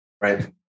Right